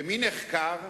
ומי נחקר?